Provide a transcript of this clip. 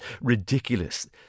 ridiculous